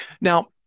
Now